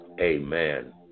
amen